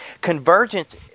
Convergence